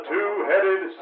Two-Headed